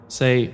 say